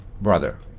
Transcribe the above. brother